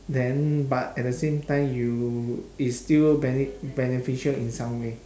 then but at the same time you it's still bene~ beneficial in some way